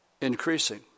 increasing